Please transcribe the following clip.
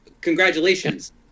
Congratulations